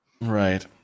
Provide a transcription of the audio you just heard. Right